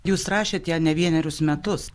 jūs rašėt ją ne vienerius metus